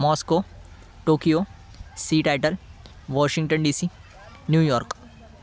Moscow Tokyo seattle Washington DC New York